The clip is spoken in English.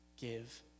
give